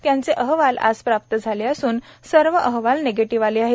त्यांचे अहवाल आज प्राप्त झाले असून सर्व अहवाल निगेटिव्ह आले आहेत